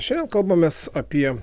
šiandien kalbamės apie